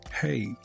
hey